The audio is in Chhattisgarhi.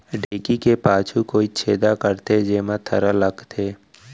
ढेंकी के पाछू कोइत छेदा करथे, जेमा थरा लगथे